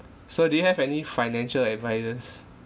so do you have any financial advisers